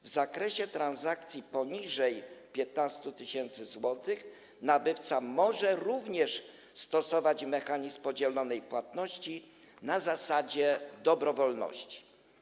W zakresie transakcji poniżej 15 tys. zł nabywca może również stosować mechanizm podzielonej płatności na zasadzie dobrowolności.